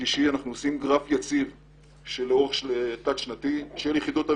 אנחנו יוצרים גרף יציב תלת-שנתי של יחידות המילואים.